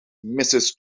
mrs